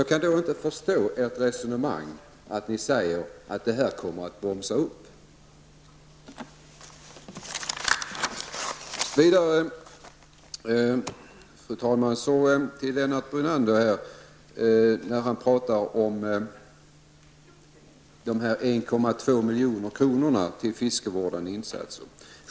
Jag kan då inte förstå ert resonemang när ni säger att det kommer att bromsa upp. Fru talman! Lennart Brunander talar om dessa 1,2 milj.kr. till fiskevårdande insatser.